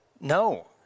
No